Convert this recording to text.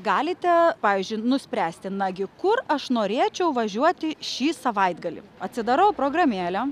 galite pavyzdžiui nuspręsti nagi kur aš norėčiau važiuoti šį savaitgalį atsidarau programėlę